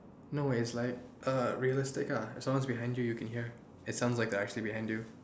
no is like uh realistic ah someone's behind you can hear it sounds like they're actually behind you